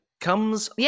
comes